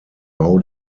bau